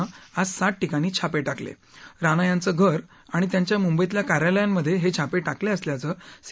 नं आज सात ठिकाणी छापठाकल राणा याचं घर आणि त्याच्या मुंबईतल्या कार्यालयांमध्य हिििपितिकल असल्याचं सी